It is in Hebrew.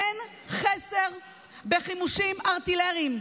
אין חסר בחימושים ארטילריים.